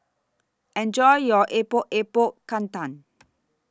Enjoy your Epok Epok Kentang